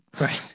Right